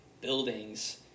buildings